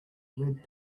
red